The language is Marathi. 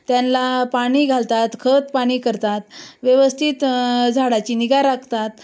त्यांला पाणी घालतात खत पाणी करतात व्यवस्थित झाडाची निगा राखतात